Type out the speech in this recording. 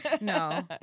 No